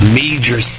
major